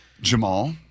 Jamal